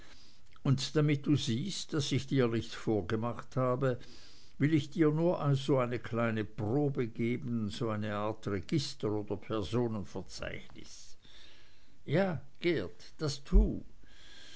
und damit du siehst daß ich dir nichts vorgemacht habe will ich dir nur so eine kleine probe geben so eine art register oder personenverzeichnis ja geert das tu